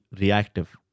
reactive